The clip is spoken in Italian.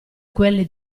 quelle